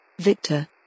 Victor